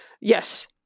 Yes